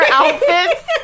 outfits